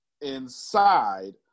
inside